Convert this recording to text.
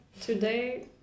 today